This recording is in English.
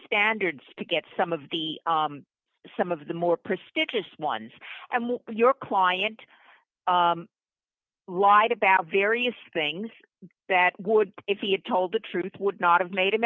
standards to get some of the some of the more prestigious ones and your client lied about various things that would if he had told the truth would not have made him